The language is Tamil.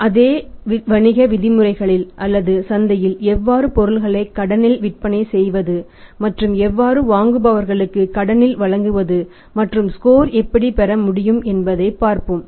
எனவே அதே வணிக விதிமுறைகளில் அல்லது சந்தையில் எவ்வாறு பொருட்களை கடனில் விற்பனை செய்வது மற்றும் வெவ்வேறு வாங்குபவர்களுக்கு கடனில் வழங்குவது மற்றும் ஸ்கோர் எப்படி பெற முடியும் என்பதைப் பார்ப்போம்